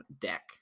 deck